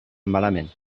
malament